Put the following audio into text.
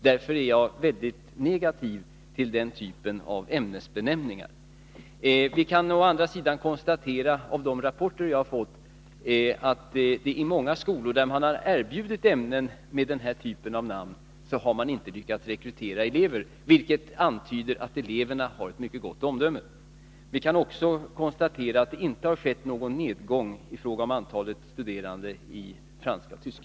Därför är jag mycket negativt inställd till den typen av ämnesbenämningar. Av de rapporter jag fått kan jag å andra sidan konstatera att man i många skolor där man erbjudit ämnen med den här typen av benämningar inte lyckats rekrytera elever, vilket antyder att eleverna har ett mycket gott omdöme. Vi kan också konstatera att det inte skett någon nedgång i fråga om antalet studerande i franska och tyska.